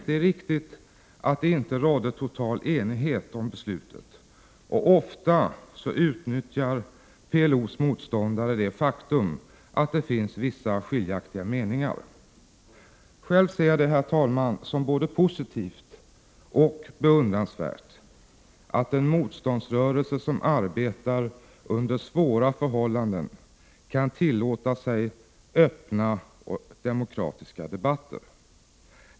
Det är riktigt att det inte rådde total enighet om beslutet, och ofta utnyttjar PLO:s motståndare den anständigheten att det finns vissa skiljaktiga meningar. Själv ser jag det som både positivt och beundransvärt att en motståndsrörelse som arbetar under svåra förhållanden kan tillåta sig öppna 21 och demokratiska debatter.